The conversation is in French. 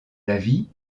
lavis